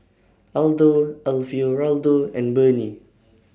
Aldo Alfio Raldo and Burnie